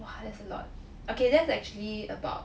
!wah! that's a lot okay that's actually about